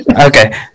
Okay